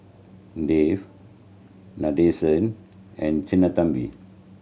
Dev Nadesan and Sinnathamby